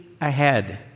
ahead